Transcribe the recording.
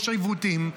יש עיוותים,